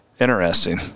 Interesting